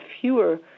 fewer